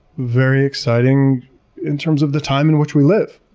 very exciting in terms of the time in which we live.